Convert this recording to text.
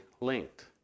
linked